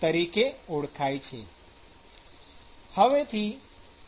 તરીકે ઓળખાય છે